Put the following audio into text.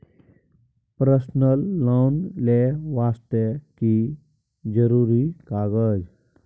Personal loan ले वास्ते की जरुरी कागज?